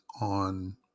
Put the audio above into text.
on